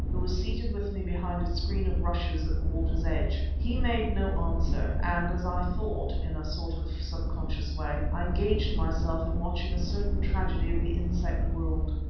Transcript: who was seated with me behind a screen of rushes at the water's edge. he made no answer, and as i thought, in a sort of subconscious way, i engaged myself in watching a certain tragedy of the insect world.